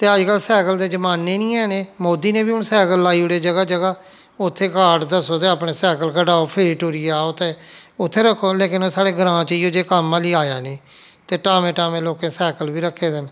ते अजकल्ल साइकल दे जमाने निं हैन एह् मोदी ने बी हून साइकल लाई ओड़े जगह् जगह् उत्थै कार्ड दस्सो ते अपने साइकल कढाओ फिरी टुरियै आओ ते उत्थै रक्खो लेकिन साढ़े ग्रां च इ'यो जेहा कम्म हल्ली आया नेईं ते टामें टामें लोकें साइकल बी रखे दे न